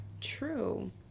True